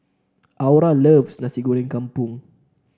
Aura loves Nasi Goreng Kampung